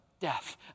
death